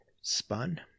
Spun